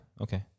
Okay